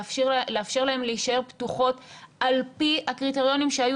לאפשר להן להישאר פתוחות על פי הקריטריונים שהיו